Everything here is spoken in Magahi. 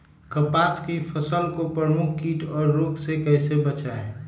कपास की फसल को प्रमुख कीट और रोग से कैसे बचाएं?